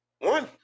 One